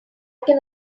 can